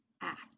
act